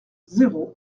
zéro